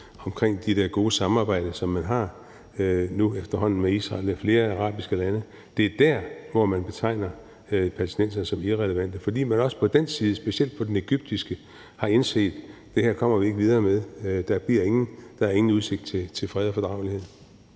omkring de der gode samarbejder, som man nu efterhånden har mellem Israel og flere arabiske lande. Det er der, hvor man betegner palæstinenserne som irrelevante, fordi man også på den side, specielt på den egyptiske, har indset, at det her kommer man ikke videre med; der er ingen udsigt til fred og fordragelighed.